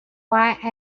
white